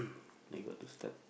I got to start